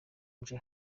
nje